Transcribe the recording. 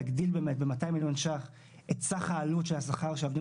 יגדיל ב-200 מיליון ש"ח את סך העלות של שכר העובדים